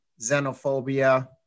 xenophobia